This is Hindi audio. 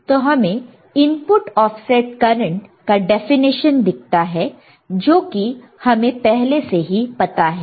तो हमें इनपुट ऑफसेट करंट का डेफिनेशन दिखता है जो कि हमें पहले से ही पता है